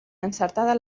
encertada